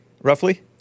roughly